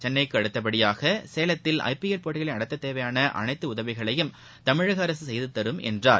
சென்னைக்கு அடுத்தபடியாக சேலத்தில் ஐபிஎல் போட்டிகளை நடத்த தேவையான அனைத்து உதவிகளையும் தமிழக அரசு செய்துதரும் என்றார்